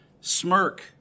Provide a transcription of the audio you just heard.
smirk